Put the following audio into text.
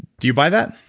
do you buy that?